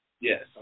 Yes